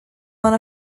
one